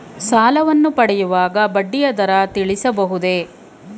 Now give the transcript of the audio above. ಸಾಲವನ್ನು ಪಡೆಯುವಾಗ ಬಡ್ಡಿಯ ದರ ತಿಳಿಸಬಹುದೇ?